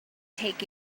take